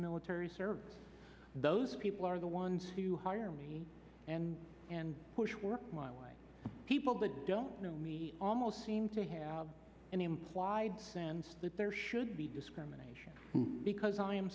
military service those people are the ones who hire me and and push work my way people that don't know me almost seem to have an implied sense that there should be discrimination because i am